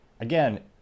Again